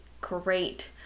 great